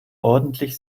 ordentlich